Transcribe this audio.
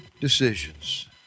decisions